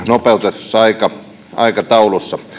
nopeutetussa aikataulussa